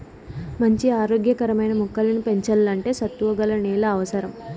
మంచి ఆరోగ్య కరమైన మొక్కలను పెంచల్లంటే సత్తువ గల నేల అవసరం